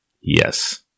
Yes